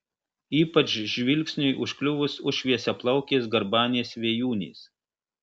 ypač žvilgsniui užkliuvus už šviesiaplaukės garbanės vėjūnės